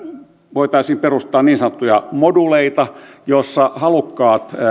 voitaisiin perustaa niin sanottuja moduuleita joissa halukkaat